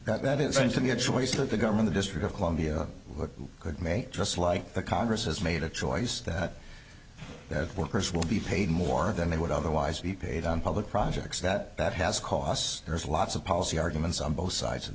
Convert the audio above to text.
lease that is going to be a choice that the government the district of columbia could make just like the congress has made a choice that the workers will be paid more than they would otherwise be paid on public projects that that has costs there's lots of policy arguments on both sides of